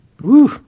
Woo